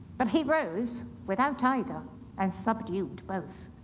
but he rose without either and subdued both.